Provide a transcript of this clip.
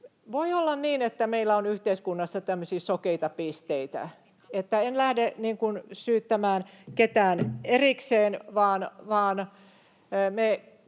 Voi olla niin, että meillä on yhteiskunnassa tämmöisiä sokeita pisteitä. En lähde syyttämään ketään erikseen, vaan